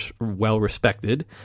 well-respected